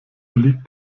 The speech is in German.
liegt